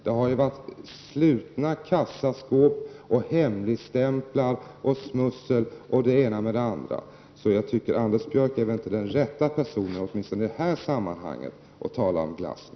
Det har varit slutna kassaskåp, hemligstämplar, smussel och det ena med det andra. Så jag tycker inte att Anders Björck är den rätta personen, åtminstone i det här sammanhanget, att tala om glasnost.